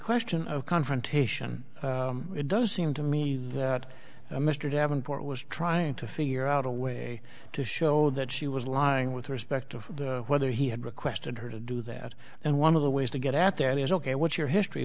question of confrontation it does seem to me that mr davenport was trying to figure out a way to show that she was lying with respect to whether he had requested her to do that and one of the ways to get at them is ok what's your history